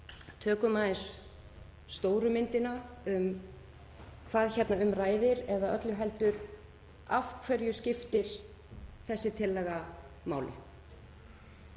tökum aðeins stóru myndina um hvað hér um ræðir eða öllu heldur af hverju þessi tillaga